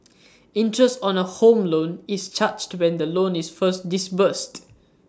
interest on A home loan is charged when the loan is first disbursed